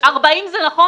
40% זה נכון?